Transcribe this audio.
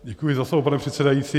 Děkuji za slovo, pane předsedající.